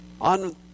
on